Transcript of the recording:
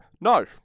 No